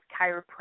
chiropractic